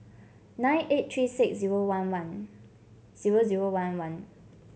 nine eight three six zero one one zero zero one one